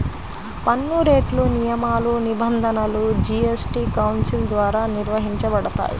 పన్నురేట్లు, నియమాలు, నిబంధనలు జీఎస్టీ కౌన్సిల్ ద్వారా నిర్వహించబడతాయి